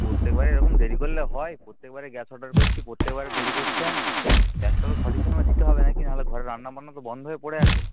প্রত্যেকবারে এরকম দেরি করলে হয় প্রত্যেকবারে গ্যাস অর্ডার করছি প্রত্যেকবারে দেরি করছেন গ্যাসটা তো সঠিক সময়ে দিতে হবে নাকি না হলে ঘরে রান্না বান্না তো বন্ধ হয়ে পড়ে আছে